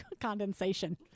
Condensation